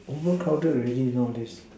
overcrowded already nowadays